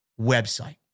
website